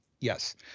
yes